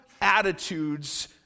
attitudes